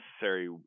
necessary